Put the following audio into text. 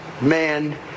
man